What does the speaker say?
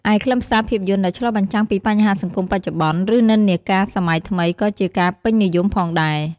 ឯខ្លឹមសារភាពយន្តដែលឆ្លុះបញ្ចាំងពីបញ្ហាសង្គមបច្ចុប្បន្ន ឬនិន្នាការសម័យថ្មីក៏ជាការពេញនិយមផងដែរ។